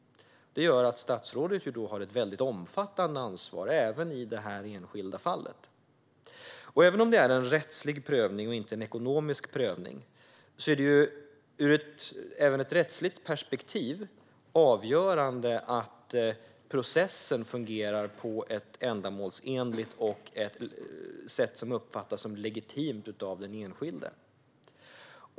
Det gör att statsrådet har ett väldigt omfattande ansvar även i detta enskilda fall. Även om det är en rättslig prövning och inte en ekonomisk sådan är det också ur ett rättsligt perspektiv avgörande att processen fungerar på ett ändamålsenligt sätt som uppfattas som legitimt av den enskilde.